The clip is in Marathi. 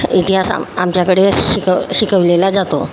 इतिहास आमच्याकडे शी शिकव शिकवलेला जातो